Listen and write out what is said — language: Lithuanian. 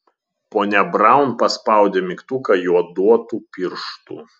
ponia braun paspaudė mygtuką joduotu pirštu